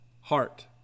heart